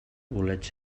bolets